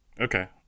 Okay